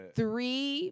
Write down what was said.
three